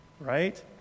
Right